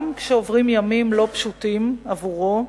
גם כשעוברים ימים לא פשוטים עבורו,